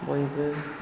बयबो